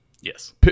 Yes